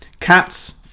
Cats